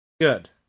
Good